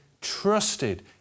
trusted